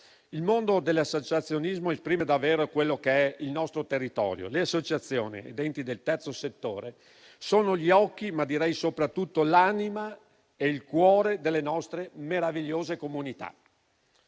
Il mondo dell'associazionismo esprime davvero quello che è il nostro territorio: le associazioni e gli enti del terzo settore sono gli occhi, ma direi soprattutto l'anima e il cuore delle nostre meravigliose comunità.